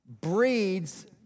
breeds